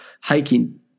hiking